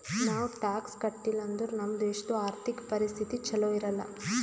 ನಾವ್ ಟ್ಯಾಕ್ಸ್ ಕಟ್ಟಿಲ್ ಅಂದುರ್ ನಮ್ ದೇಶದು ಆರ್ಥಿಕ ಪರಿಸ್ಥಿತಿ ಛಲೋ ಇರಲ್ಲ